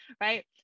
right